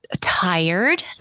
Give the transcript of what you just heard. tired